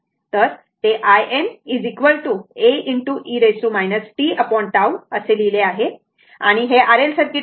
तर ते in a e tTअसे लिहिले आहे आणि ते R L सर्किट आहे